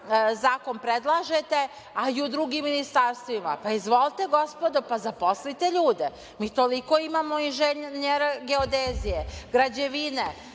zakon predlažete, a i u drugim ministarstvima. Izvolite, gospodo, zaposlite ljude. Toliko imamo inženjera geodezije, građevine,